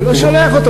אני לא שולח אותו.